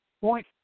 point